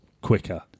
quicker